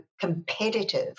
competitive